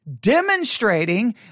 demonstrating